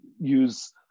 use